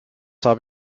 habe